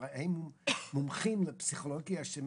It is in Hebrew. כלומר, מומחים בפסיכולוגיה של